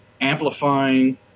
amplifying